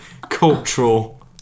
Cultural